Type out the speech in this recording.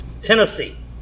Tennessee